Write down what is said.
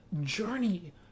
journey